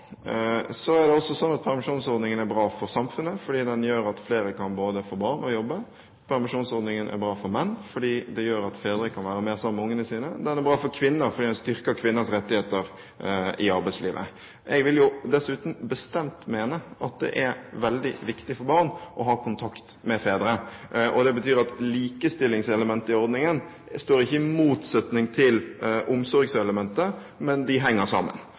Så er det også sånn at permisjonsordningen er bra for samfunnet, fordi den gjør at flere kan både få barn og jobbe. Permisjonsordningen er bra for menn, fordi den gjør at fedre kan være mer sammen med barna sine. Den er bra for kvinner, fordi den styrker kvinners rettigheter i arbeidslivet. Jeg vil dessuten bestemt mene at det er veldig viktig for barn å ha kontakt med fedre, og det betyr at likestillingselementet i ordningen ikke står i motsetning til omsorgselementet, men de henger sammen.